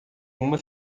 uma